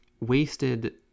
wasted